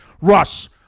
Russ